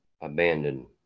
abandoned